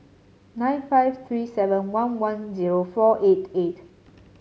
nine five three seven one one zero four eight eight